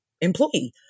employee